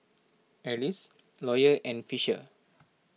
Alys Lawyer and Fisher